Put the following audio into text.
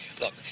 Look